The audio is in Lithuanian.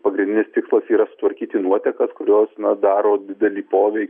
pagrindinis tikslas yra sutvarkyti nuotekas kurios na daro didelį povei